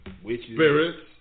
spirits